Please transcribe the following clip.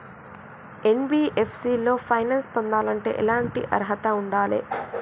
NBFC లో finance పొందాలంటే ఎట్లాంటి అర్హత ఉండాలే?